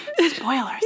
Spoilers